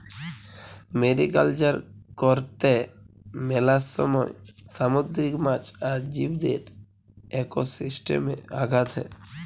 mariculture করত্যে মেলা সময় সামুদ্রিক মাছ আর জীবদের একোসিস্টেমে আঘাত হ্যয়